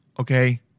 okay